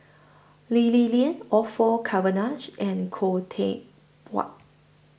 Lee Li Lian Orfeur Cavenagh and Khoo Teck Puat